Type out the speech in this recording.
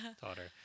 daughter